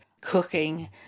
cooking